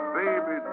baby